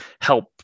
help